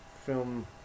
film